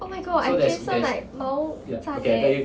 oh my god I can some like 毛站 leh